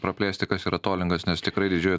praplėsti kas yra tolingas nes tikrai didžioji